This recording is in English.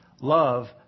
Love